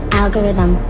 algorithm